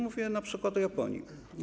Mówię np. o Japonii.